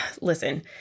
Listen